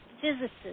physicists